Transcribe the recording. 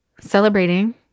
celebrating